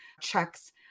checks